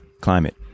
climate